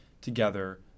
together